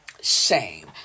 shame